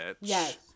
Yes